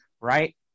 Right